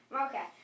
Okay